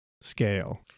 scale